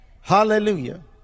Hallelujah